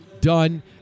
done